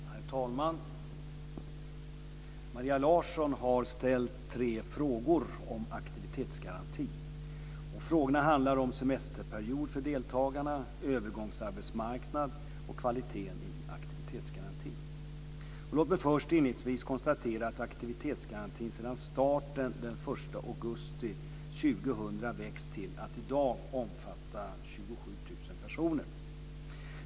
Herr talman! Maria Larsson har ställt tre frågor om aktivitetsgarantin. Frågorna handlar om semesterperiod för deltagarna, övergångsarbetsmarknad och kvaliteten i aktivitetsgarantin. Låt mig först inledningsvis konstatera att aktivitetsgarantin sedan starten den 1 augusti 2000 växt till att i dag omfatta 27 000 personer.